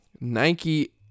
Nike